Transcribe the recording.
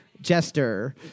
jester